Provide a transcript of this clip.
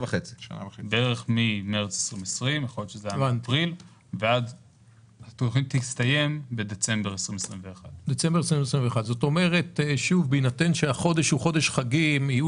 ממרץ 2020 עד דצמבר 2021. כמה יישאר בקופה הזאת בהינתן שהמימוש יהיה